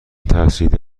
ترسیده